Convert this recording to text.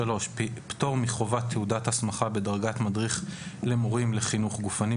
(3)פטור מחובת תעודת הסמכה בדרגת מדריך למורים לחינוך גופני,